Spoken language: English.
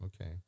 Okay